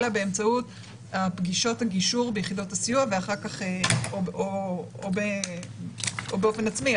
אלא באמצעות פגישות הגישור ביחידות הסיוע או באופן עצמאי,